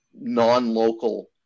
non-local